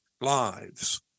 lives